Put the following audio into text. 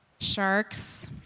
sharks